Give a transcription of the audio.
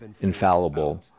infallible